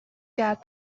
کرد